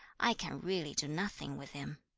i can really do nothing with him